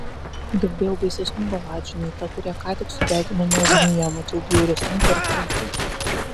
girdėjau baisesnių baladžių nei ta kurią ką tik sudeginome ugnyje mačiau bjauresnių portretų